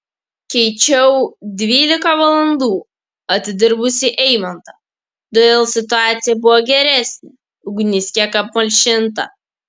keičiau dvylika valandų atidirbusį eimantą todėl situacija buvo geresnė ugnis kiek apmalšinta